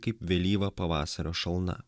kaip vėlyva pavasario šalna